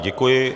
Děkuji.